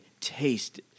taste